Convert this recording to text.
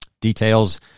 Details